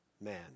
man